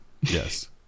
Yes